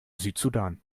südsudan